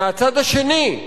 מצד שני,